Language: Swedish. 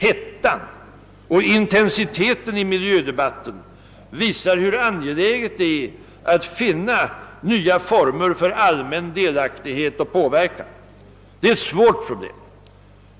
Hettan och intensiteten i miljödebatten visar hur angeläget det är att finna nya former för allmän delaktighet och påverkan. Det är ett svårt problem.